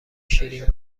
شیرین